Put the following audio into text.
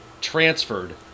transferred